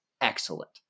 excellent